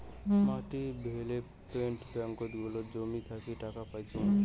মাটি ডেভেলপমেন্ট ব্যাঙ্কত গুলাতে জমি থাকি টাকা পাইচুঙ